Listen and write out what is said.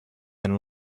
and